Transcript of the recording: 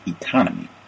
economy